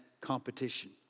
competition